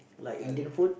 I like